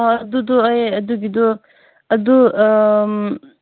ꯑꯗꯨꯗꯨ ꯑꯩ ꯑꯗꯨꯒꯤꯗꯨ ꯑꯗꯨ